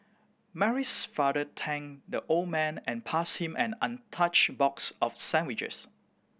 Mary's father thanked the old man and passed him an untouched box of sandwiches